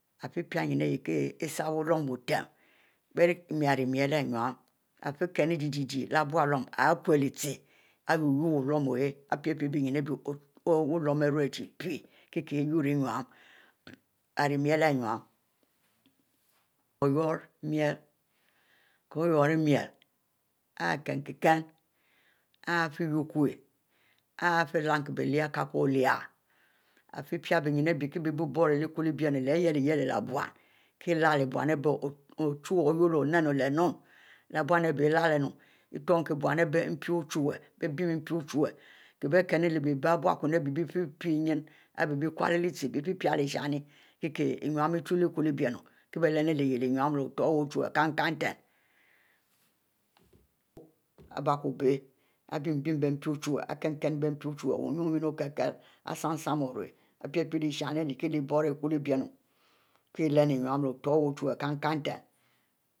Ifie pie nyin ari kie sar wuwue biutem bie rie ure chie i ari miel ari nynu ifie kinnu gie-gie leh bu aluom, ari k'wie leh chieh, ari wu-wu wuwue oyeh ari bie wuwue irue chie pie ire miel, k'o ure miel ari kin-kie kin ari fie lannu bie lyiel ari k'ow oleh ifie pie nyin iheh ari boro leh ikwo lehbennu-leh lyeh yelo-leh boun kie leh boun ari leh-hie boun ko ochuwue oyurro leh nou leh bonu-ari bie |lulelnu itunkie boun ari bie mpi ochuwue |binn mpi ochuwue kie-bie kinnu- leh bieh bualuom ari bie fie pie byin ari bie bequle cheh bie fie pie leh ishien kie-kieh nyin ichu-leh iko lehbienu kie bie lenu lyieh innu itukie boun ari bie mpi ochuwue leh binn mpi ochuwue leh otor iwu ochuwue kinn-kinn nten ari bie ku bie ari binn-binn mpi ochuwue ari kinn-kinn leh bie mpi ochuwue wu, ninne okele osan-san orue ari pie-pie ishinn ari kie burro iku-leh binnu kie lenu ninu ofie, otor, onen